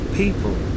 People